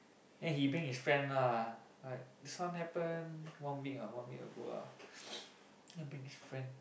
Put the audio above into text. then he bring his friend lah like this one happen one week ah one week ago lah then bring his friend